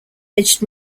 edged